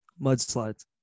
Mudslides